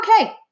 Okay